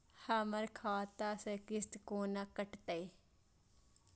हमर खाता से किस्त कोना कटतै?